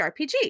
RPG